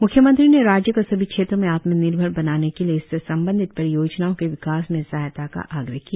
म्ख्यमंत्री ने राज्य को सभी क्षेत्रों में आत्मनिर्भर बनाने के लिए इससे संबंधित परियोजनाओं के विकस में सहायता का आग्रह किया